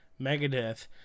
Megadeth